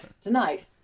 Tonight